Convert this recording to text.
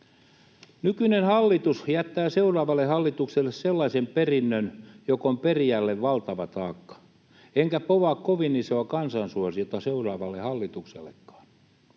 Nykyinen hallitus jättää seuraavalle hallitukselle sellaisen perinnön, joka on perijälle valtava taakka, enkä povaa kovin isoa kansansuosiota seuraavalle hallituksellekaan.